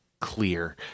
clear